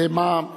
לא.